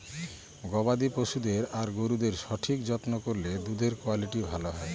গবাদি পশুদের আর গরুদের সঠিক যত্ন করলে দুধের কুয়ালিটি ভালো হয়